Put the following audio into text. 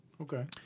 okay